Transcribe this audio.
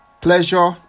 pleasure